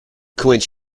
quench